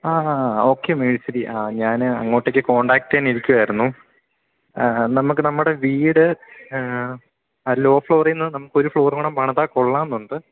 ആ ആ ഓക്കെ മേസ്തിരി ആ ഞാന് അങ്ങോട്ടേക്ക് കോൺടാക്ട് ചെയ്യാനിരിക്കുകയായിരുന്നു നമുക്ക് നമ്മുടെ വീട് ആ ലോഫ്ലോറില് നിന്ന് നമുക്കൊരു ഫ്ലോറും കൂടെ പണിതാല് കൊള്ളാമെന്നുണ്ട്